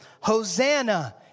Hosanna